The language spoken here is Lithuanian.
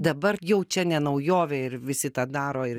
dabar jau čia ne naujovė ir visi tą daro ir